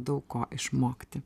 daug ko išmokti